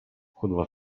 chudła